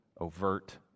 overt